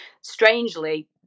strangely